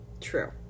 true